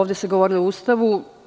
Ovde se govorilo o Ustavu.